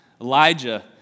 Elijah